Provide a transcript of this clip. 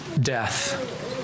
death